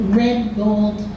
red-gold